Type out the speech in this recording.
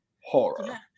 horror